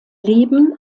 leben